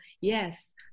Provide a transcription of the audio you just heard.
yes